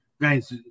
Guys